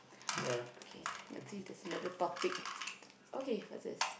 okay let's see if there's another topic okay what's this